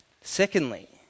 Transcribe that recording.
Secondly